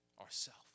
Ourself